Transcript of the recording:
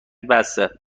بسه